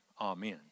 Amen